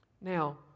Now